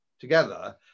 together